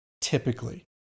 Typically